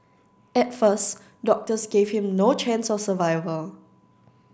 at first doctors gave him no chance of survival